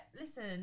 Listen